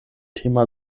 thema